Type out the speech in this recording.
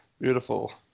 Beautiful